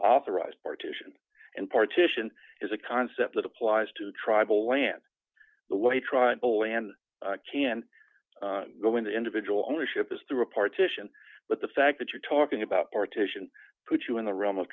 authorize partition and partition is a concept that applies to tribal land the way tribal land can go into individual ownership is through a partition but the fact that you're talking about partition put you in the realm of